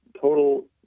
total